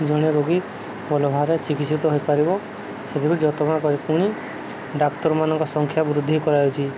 ଜଣେ ରୋଗୀ ଭଲଭାବରେ ଚିକିତ୍ସିତ ହୋଇପାରିବ ସେଥିପାଇଁ ଯତ୍ନ ପୁଣି ଡାକ୍ତରମାନଙ୍କ ସଂଖ୍ୟା ବୃଦ୍ଧି କରାଯାଉଛି